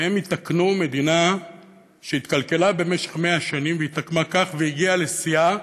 שהם יתקנו מדינה שהתקלקלה במשך מאה שנים והתעקמה כך והגיעה לשיאה